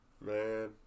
man